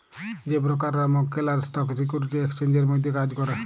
যে ব্রকাররা মক্কেল আর স্টক সিকিউরিটি এক্সচেঞ্জের মধ্যে কাজ ক্যরে